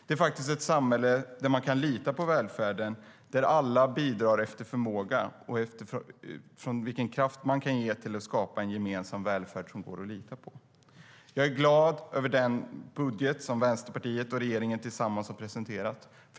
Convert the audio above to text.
Det är ett samhälle där man kan lita på välfärden och där alla bidrar efter förmåga utifrån den kraft de har för att skapa en gemensam välfärd som går att lita på. Jag är glad över den budget som Vänsterpartiet och regeringen tillsammans har presenterat.